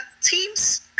teams